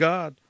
God